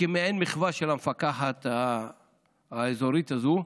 מעין מחווה של המפקחת האזורית הזו.